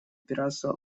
пиратства